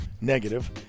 negative